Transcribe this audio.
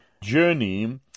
journey